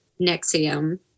Nexium